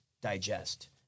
digest